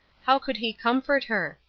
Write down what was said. how could he comfort her?